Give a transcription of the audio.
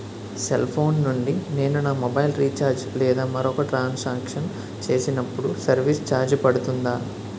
Cell phone నుండి నేను నా మొబైల్ రీఛార్జ్ లేదా మరొక ట్రాన్ సాంక్షన్ చేసినప్పుడు సర్విస్ ఛార్జ్ పడుతుందా?